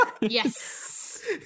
Yes